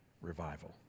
revival